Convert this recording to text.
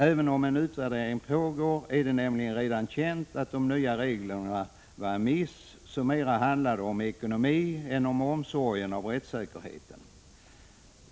Även om en utvärdering pågår, är det nämligen redan känt att de nya reglerna var en miss och mera handlade om ekonomi än om omsorg om rättssäkerheten.